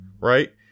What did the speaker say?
right